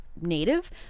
native